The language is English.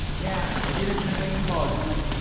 yeah! i did infinite banking policy. i'm like,